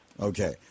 Okay